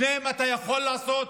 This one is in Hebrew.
את שניהם אתה יכול לעשות,